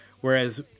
Whereas